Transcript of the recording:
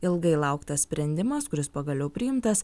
ilgai lauktas sprendimas kuris pagaliau priimtas